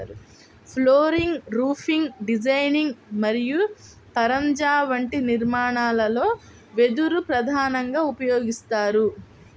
flooring, roofing designing మరియు పరంజా వంటి నిర్మాణాలలో వెదురు ప్రధానంగా ఉపయోగిస్తారు